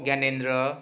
Gyanendra